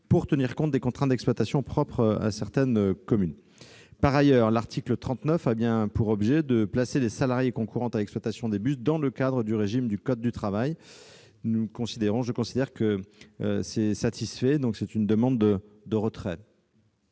de tenir compte des contraintes d'exploitation propres à certaines communes. Par ailleurs, l'article 39 a bien pour objet de placer les salariés concourant à l'exploitation des bus dans le cadre du régime du code du travail. Je considère donc que cet amendement est